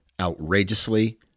outrageously